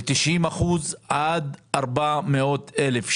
ל-90 אחוזים עד 400 אלף שקלים,